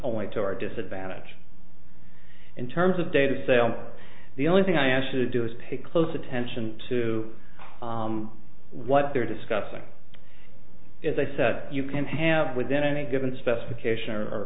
point to our disadvantage in terms of data sale the only thing i actually do is pay close attention to what they're discussing as i said you can have within any given specification or